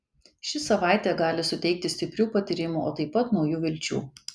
ši savaitė gali suteikti stiprių patyrimų o taip pat naujų vilčių